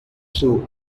soup